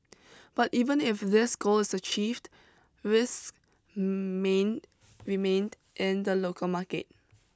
but even if this goal is achieved risks main remained in the local market